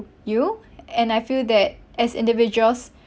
you and I feel that as individuals